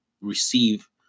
receive